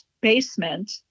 basement